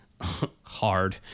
Hard